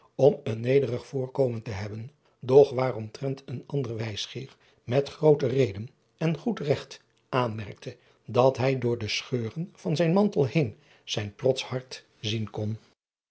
om een nederig voorkomen te hebben doch driaan oosjes zn et leven van illegonda uisman waaromtrent een ander wijsgeer met groote reden en goed regt aanmerkte dat hij door de scheuren van zijn mantel heen zijn trotsch hart zien kon